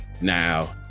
Now